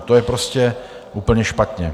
To je prostě úplně špatně.